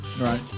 right